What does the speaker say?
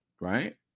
right